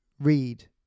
read